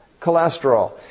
cholesterol